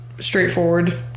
straightforward